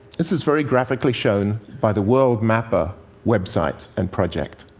this is very graphically shown by the worldmapper website and project.